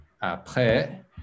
Après